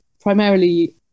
primarily